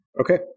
Okay